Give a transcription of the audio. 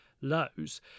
lows